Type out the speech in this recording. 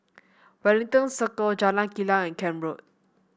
Wellington Circle Jalan Kilang and Camp Road